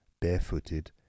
barefooted